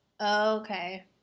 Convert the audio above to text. okay